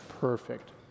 Perfect